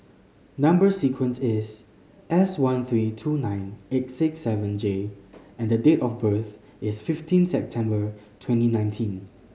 number sequence is S one three two nine eight six seven J and date of birth is fifteen September twenty nineteen